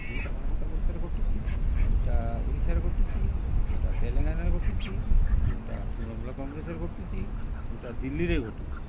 ଯେଉଁଟା ଭାରତ ବର୍ଷରେ ଘଟୁଛି ଯେଉଁଟା ଓଡ଼ିଶାରେ ଘଟୁଛି ଯେଉଁଟା ତେଲେଙ୍ଗାନାରେ ଘଟୁଛି ଯେଉଁଟା ତୃଣମୂଳ କଂଗ୍ରେସରେ ଘଟୁଛି ଯେଉଁଟା ଦିଲ୍ଲୀରେ ଘଟୁଛି